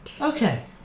Okay